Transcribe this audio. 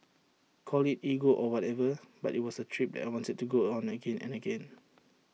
call IT ego or whatever but IT was A trip that I wanted to go on again and again